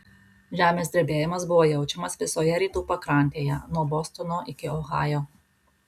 žemės drebėjimas buvo jaučiamas visoje rytų pakrantėje nuo bostono iki ohajo